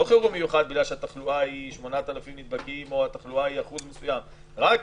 חירום מיוחד בגלל שהתחלואה היא של 8,000 נדבקים או אחוז מסוים אתה